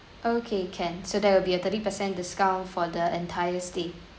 okay can so there will be a thirty percent discount for the entire stay